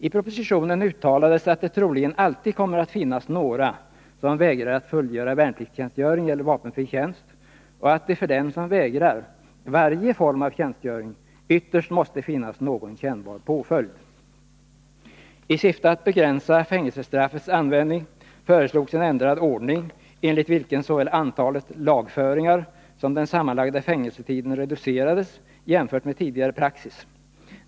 I propositionen uttalades att det troligen alltid kommer att finnas några som vägrar att fullgöra värnpliktstjänstgöring eller vapenfri tjänst och att det för den som vägrar varje form av tjänstgöring ytterst måste finnas någon kännbar påföljd. I syfte att begränsa fängelsestraffets användning föreslogs en ändrad ordning enligt vilken såväl antalet lagföringar som den sammanlagda fängelsetiden reducerades jämfört med tidigare praxis.